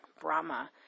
Brahma